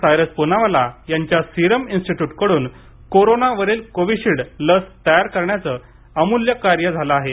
सायरस प्नावाला यांच्या सिरम इन्स्टिट्यूटकडून करोनावरील कोविशिल्ड लस तयार करण्याचे अमूल्य कार्य झालं आहे